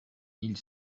ils